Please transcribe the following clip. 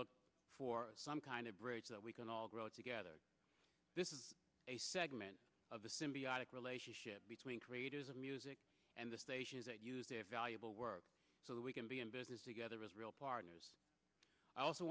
look for some kind of bridge that we can all grow together this is a segment of the symbiotic relationship between creators of music and the stations that use their valuable work so that we can be in business together as real partners i also